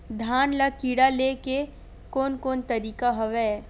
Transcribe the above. धान ल कीड़ा ले के कोन कोन तरीका हवय?